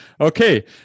Okay